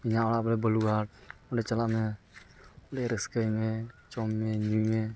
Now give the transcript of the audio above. ᱤᱧᱟᱹᱜ ᱚᱲᱟᱜ ᱵᱚᱞᱮ ᱵᱟᱹᱞᱩᱨᱜᱷᱟᱴ ᱚᱸᱰᱮ ᱪᱟᱞᱟᱜ ᱢᱮ ᱚᱸᱰᱮ ᱨᱟᱹᱥᱠᱟᱹᱭ ᱢᱮ ᱡᱚᱢ ᱢᱮ ᱧᱩᱭ ᱢᱮ